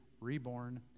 reborn